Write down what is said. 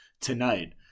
tonight